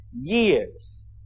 years